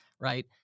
right